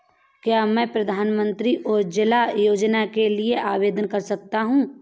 क्या मैं प्रधानमंत्री उज्ज्वला योजना के लिए आवेदन कर सकता हूँ?